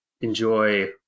enjoy